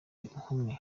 inkumi